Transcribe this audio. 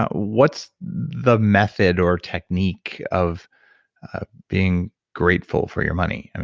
what's the method or technique of being grateful for your money?